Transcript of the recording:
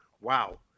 wow